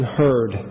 heard